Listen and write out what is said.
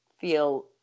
feel